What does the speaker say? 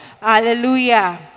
Hallelujah